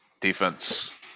Defense